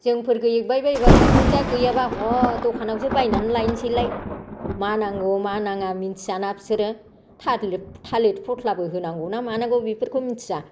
जोंफोर गैबाय बायाबा बिखुनजोआ गैयाबा ह' दखानावसो बायनानै लायनोसैलाय मा नांगौ मा नाङा मिथियाना बिसोरो थालिर फस्लाफोर होनांगौना मानांगौ बेफोरखौ मिथिया